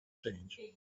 change